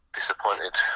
disappointed